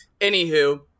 anywho